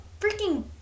freaking